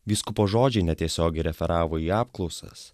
vyskupo žodžiai netiesiogiai referavo į apklausas